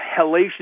hellacious